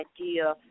idea